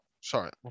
sorry